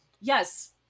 Yes